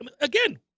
again